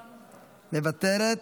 מוותרת,